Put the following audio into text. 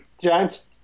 giant's